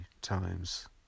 times